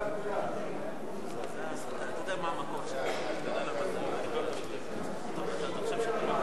קביעת גודל מזערי לאותיות בדוחות בנקאיים לאזרח ותיק),